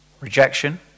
Rejection